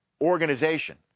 organization